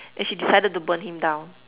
then she decided to burn him down